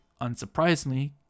unsurprisingly